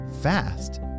fast